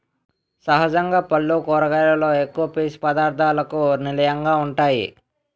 సహజంగా పల్లు కూరగాయలలో ఎక్కువ పీసు పధార్ధాలకు నిలయంగా వుంటాయి